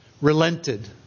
relented